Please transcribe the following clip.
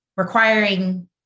requiring